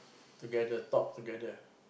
together talk together